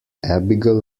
abigail